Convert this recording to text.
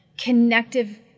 connective